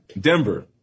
Denver